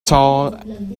tall